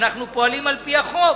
אנחנו פועלים על-פי החוק.